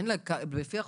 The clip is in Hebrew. לפי החוק,